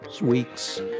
weeks